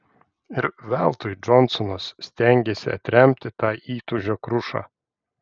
ir veltui džonsonas stengėsi atremti tą įtūžio krušą